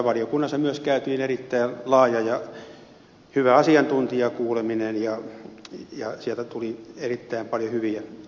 valiokunnassa käytiin myös erittäin laaja ja hyvä asiantuntijakuuleminen ja sieltä tuli erittäin paljon hyviä vinkkejä